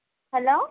hello